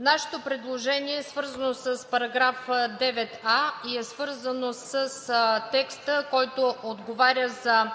Нашето предложение е свързано с § 9а, с текста, който отговаря за